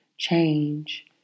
change